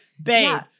Babe